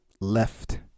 left